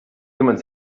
jemand